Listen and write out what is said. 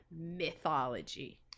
mythology